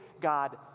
God